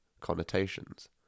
connotations